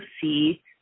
see